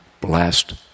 blessed